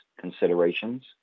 considerations